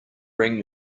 bring